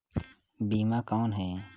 बीमा कौन है?